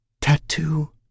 Tattoo